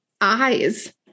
eyes